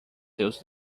seus